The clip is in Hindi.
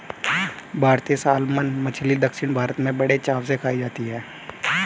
भारतीय सालमन मछली दक्षिण भारत में बड़े चाव से खाई जाती है